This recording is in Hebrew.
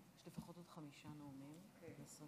שהיום אנחנו מציינים 72 שנים לאישורה,